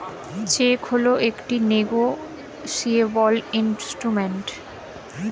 check হল একটি negotiable instrument